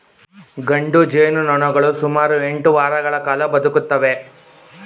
ಗಂಡು ಜೇನುನೊಣಗಳು ಸುಮಾರು ಎಂಟು ವಾರಗಳ ಕಾಲ ಬದುಕುತ್ತವೆ